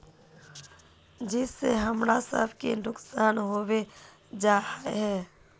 जिस से हमरा सब के नुकसान होबे जाय है?